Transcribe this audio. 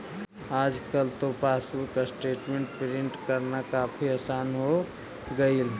आजकल तो passbook statement print करना काफी आसान हो गईल